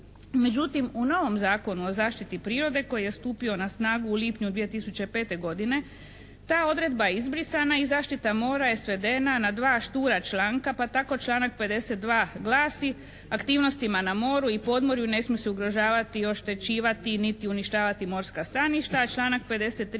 Međutim, u novom Zakonu o zaštiti prirode koji je stupio na snagu u lipnju 2005. godine ta odredba je izbrisana i zaštita mora je svedena na dva štura članka pa tako članak 52. glasi: "Aktivnostima na moru i podmorju ne smiju se ugrožavati, oštećivati niti uništavati morska staništa.", a članak 53.